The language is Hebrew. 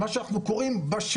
כמו שאנחנו קוראים לו,